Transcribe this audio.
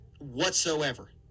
Whatsoever